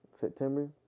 September